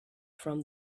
from